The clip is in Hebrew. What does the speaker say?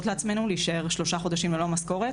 לעצמנו להישאר שלושה חודשים להישאר ללא משכורת.